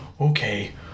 Okay